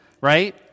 right